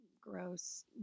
gross